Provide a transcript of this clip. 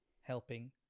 helping